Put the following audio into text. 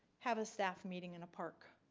have a staff meeting in a park.